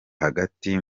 hagati